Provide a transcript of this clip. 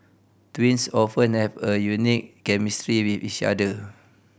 twins often have a unique chemistry with each other